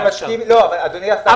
אדוני השר,